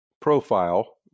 profile